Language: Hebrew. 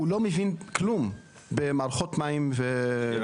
כמו שאמרתי - לא מבין כלום במערכות מים ותברואה,